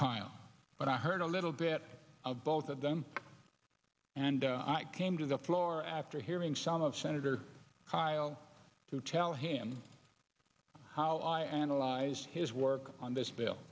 kyl but i heard a little bit of both of them and i came to the floor after hearing some of senator kyl to tell him how i analyzed his work on this bill